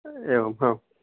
एवं हा